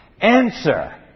Answer